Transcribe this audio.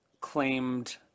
claimed